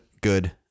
good